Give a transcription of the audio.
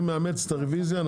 אני מאמץ את הרביזיה.